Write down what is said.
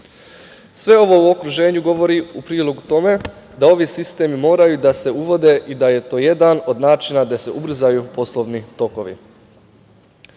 Sve ovo u okruženju govori u prilog tome da ovi sistemi moraju da se uvode i da je to jedan od načina da se ubrzaju poslovni tokovi. Ono